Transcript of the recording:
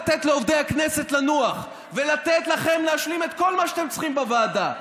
לתת לעובדי הכנסת לנוח ולתת לכם להשלים את כל מה שאתם צריכים בוועדה.